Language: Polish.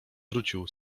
wrócił